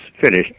finished